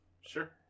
Sure